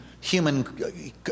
human